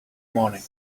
morning